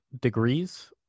degrees